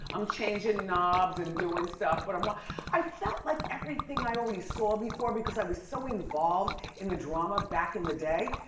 i'm changing knobs and doing stuff, but um i felt like everything i already saw before, because i was so involved in the drama back in the day.